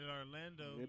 Orlando